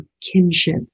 kinship